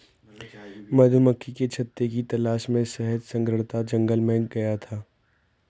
मधुमक्खी के छत्ते की तलाश में शहद संग्रहकर्ता जंगल में गया था